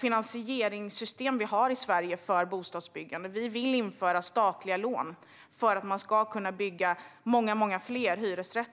finansieringssystemet för bostadsbyggande och införa statliga lån så att man kan bygga många fler hyresrätter.